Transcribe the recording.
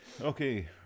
okay